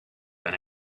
than